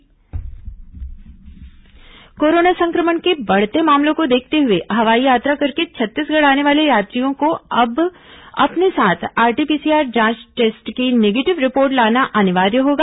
हवाई यात्रा आरटीपीसीआर जांच कोरोना संक्रमण के बढ़ते मामलों को देखते हुए हवाई यात्रा करके छत्तीसगढ़ आने वाले यात्रियों को अब अपने साथ आरटी पीसीआर जांच टेस्ट की नेगेटिव रिपोर्ट लाना अनिवार्य होगा